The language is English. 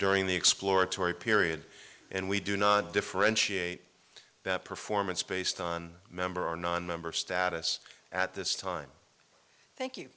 during the exploratory period and we do not differentiate that performance based on member or nonmember status at this time thank